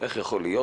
איך יכול להיות